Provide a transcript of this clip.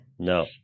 No